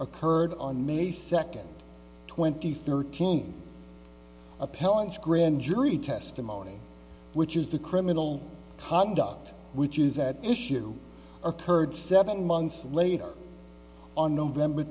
occurred on may second twenty thirteen appellants grand jury testimony which is the criminal conduct which is at issue occurred seven months later on november